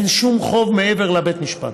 אין שום חוב מעבר לבית משפט.